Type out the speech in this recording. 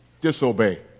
Disobey